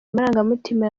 amarangamutima